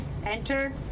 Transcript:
Enter